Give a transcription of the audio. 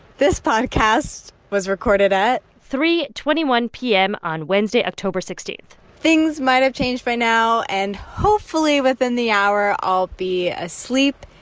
this podcast was recorded at. three twenty one p m. on wednesday, october sixteen point things might have changed by now. and hopefully within the hour, i'll be asleep.